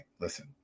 listen